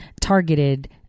targeted